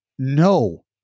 No